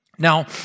Now